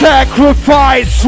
Sacrifice